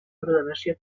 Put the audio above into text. ordenació